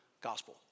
Gospel